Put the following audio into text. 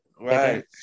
right